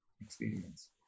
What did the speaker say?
experience